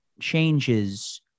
changes